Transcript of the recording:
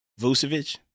Vucevic